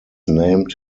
named